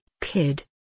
kid